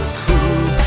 cool